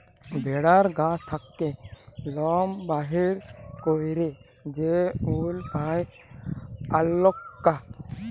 ভেড়ার গা থ্যাকে লম বাইর ক্যইরে যে উল পাই অল্পাকা